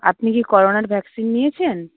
আপনি কি করোনার ভ্যাকসিন নিয়েছেন